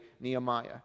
Nehemiah